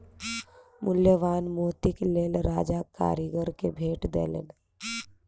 मूल्यवान मोतीक लेल राजा कारीगर के भेट देलैन